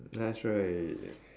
nice right